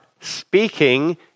speaking